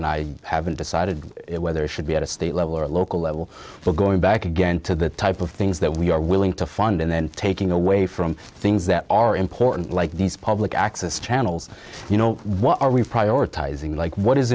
and i haven't decided whether it should be at a state level or local level we're going back again to the type of things that we are willing to fund and then taking away from things that are important like these public access channels you know what are we prioritizing like what is